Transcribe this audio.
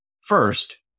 First